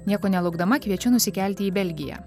nieko nelaukdama kviečiu nusikelti į belgiją